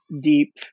deep